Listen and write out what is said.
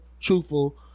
truthful